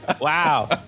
Wow